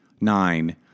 nine